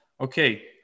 okay